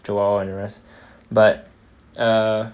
joel and the rest